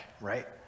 right